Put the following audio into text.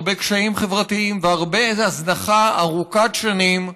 הרבה קשיים חברתיים והרבה הזנחה ארוכת שנים,